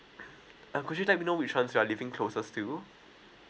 uh could you let me know which one's you are living closest to